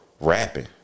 rapping